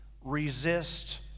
resist